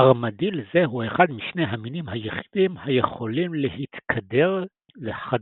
ארמדיל זה הוא אחד משני המינים היחידים היכולים להתכדר לכדור.